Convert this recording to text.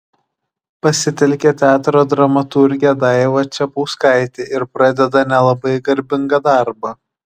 pasitelkia teatro dramaturgę daivą čepauskaitę ir pradeda nelabai garbingą darbą